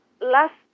last